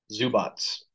Zubats